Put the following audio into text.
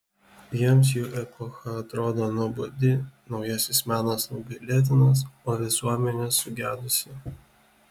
jiems jų epocha atrodo nuobodi naujasis menas apgailėtinas o visuomenė sugedusi